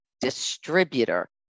distributor